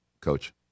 coach